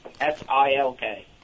S-I-L-K